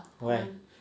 why